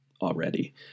already